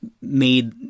made